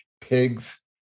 pigs